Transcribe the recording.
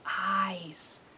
eyes